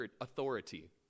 authority